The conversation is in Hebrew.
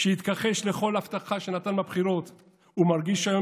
שהתכחש לכל הבטחה שנתן בבחירות ומרגיש היום